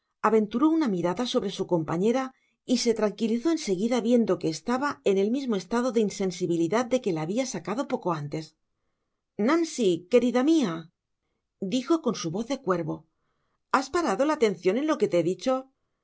aventuró una mirada sobre su compañera y se tranquilizó en seguida viendo que estaba en el mismo estado de insensibilidad de que la habia sacado poco antes nancy querida mia dijo con su voz de cuervo has parado la atencion en lo que te he dicho